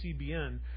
CBN